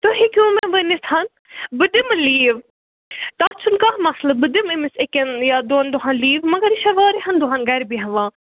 تُہۍ ہیٚکِو مےٚ ؤنِتھ بہٕ دِمہٕ لیٖو تَتھ چھُنہٕ کانٛہہ مَسلہٕ بہٕ دِمہٕ أمِس أکٮ۪ن یا دۄن دۄہَن لیٖو مگر یہِ چھےٚ واریاہَن دۄہَن گَرِ بیٚہوان